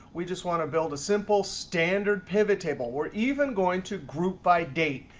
we just want to build a simple standard pivot table. we're even going to group by date.